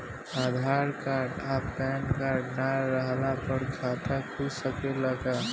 आधार card आ PAN card ना रहला पर खाता खुल सकेला का?